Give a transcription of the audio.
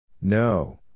No